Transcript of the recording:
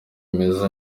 bimeze